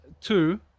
two